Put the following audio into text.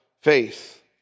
faith